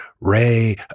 Ray